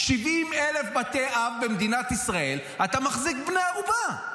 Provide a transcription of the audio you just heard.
אתה מחזיק 70,000 בתי אב במדינת ישראל כבני ערובה,